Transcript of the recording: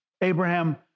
Abraham